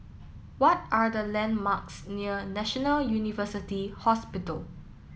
what are the landmarks near National University Hospital